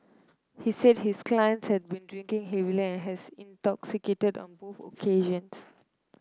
he said his client had will drinking heavily and has intoxicated on both occasions